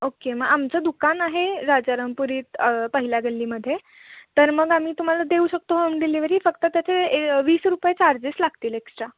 okay मग आमचं दुकान आहे राजारामपुरीत पहिल्या गल्लीमध्ये तर मग आम्ही तुम्हाला देऊ शकतो होम डिलिवरी फक्त त्याचे ए वीस रुपये चार्जेस लागतील एक्स्ट्रा